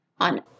on